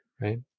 right